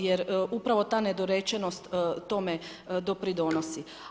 Jer upravo ta nedorečenost tome doprinosi.